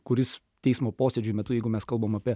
kuris teismo posėdžių metu jeigu mes kalbam apie